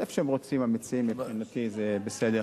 איפה שרוצים המציעים מבחינתי זה בסדר.